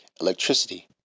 electricity